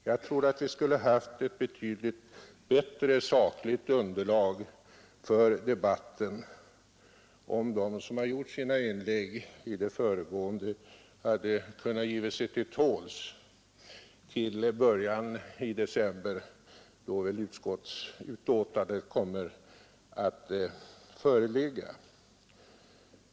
Jag tror att vi skulle haft ett betydligt bättre sakligt underlag för debatten om man hade givit sig till tåls till början av december då väl utskottsbetänkandet kommer att föreligga.